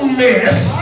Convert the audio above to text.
mess